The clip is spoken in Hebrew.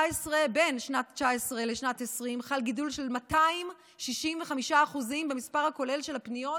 ובין שנת 2019 לשנת 2020 חל גידול של 265% במספר הכולל של הפניות